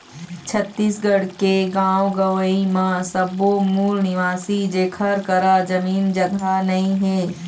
छत्तीसगढ़ के गाँव गंवई म सब्बो मूल निवासी जेखर करा जमीन जघा नइ हे